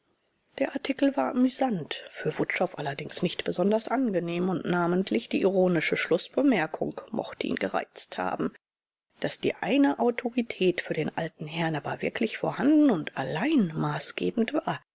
der artikel war amüsant für wutschow allerdings nicht besonders angenehm und namentlich die ironische schlußbemerkung mochte ihn gereizt haben daß die eine autorität für den alten herrn aber wirklich vorhanden und allein maßgebend war